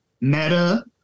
Meta